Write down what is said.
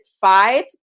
five